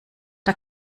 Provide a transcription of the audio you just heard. der